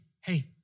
hey